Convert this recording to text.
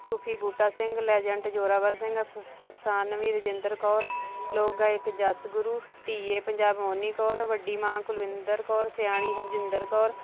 ਸੂਫੀ Buta Singh legend Zorawar Singh ਅਫਿਸਾਨ ਵੀ ਰਜਿੰਦਰ ਕੌਰ ਲੋਕ ਗਾਇਕ ਜਸ ਗੁਰੂ ਧੀਏ ਪੰਜਾਬ ਓਨਲੀ ਕੌਰ ਵੱਡੀ ਮਾਂ ਕੁਲਵਿੰਦਰ ਕੌਰ ਸਿਆਣੀ ਹਰਜਿੰਦਰ ਕੌਰ